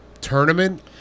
tournament